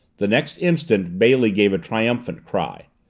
the next instant bailey gave a triumphant cry.